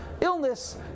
illness